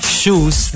shoes